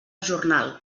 jornal